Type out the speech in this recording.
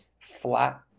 flat